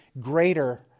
greater